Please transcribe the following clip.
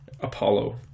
Apollo